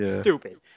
stupid